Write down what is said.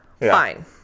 Fine